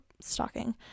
stalking